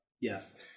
Yes